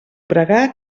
pregar